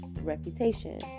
reputation